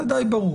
זה די ברור.